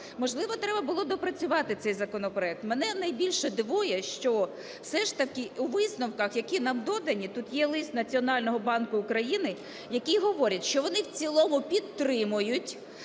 Можливо, треба було доопрацювати цей законопроект. Мене найбільше дивує, що все ж таки у висновках, які нам додані, тут є лист Національного банку України, який говорить, що вони в цілому підтримують